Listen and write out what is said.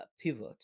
pivot